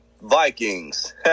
Vikings